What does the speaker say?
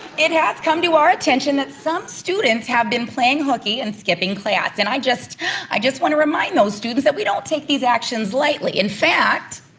it has come to our attention that some students have been playing hooky and skipping and i just i just want to remind those students that we don't take these actions lightly. in fact,